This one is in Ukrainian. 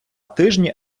тижні